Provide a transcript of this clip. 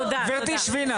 גברתי שבי נא.